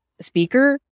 speaker